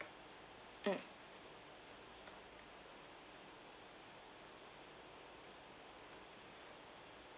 mm